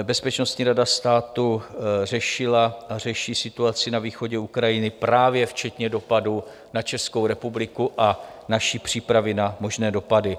Bezpečnostní rada státu řešila a řeší situaci na východě Ukrajiny právě včetně dopadu na Českou republiku a další přípravy na možné dopady.